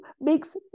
makes